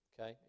okay